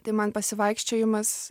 tai man pasivaikščiojimas